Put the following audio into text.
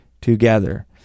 together